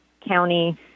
county